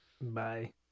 Bye